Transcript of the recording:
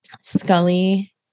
Scully